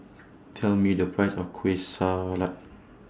Tell Me The Price of Kueh Salat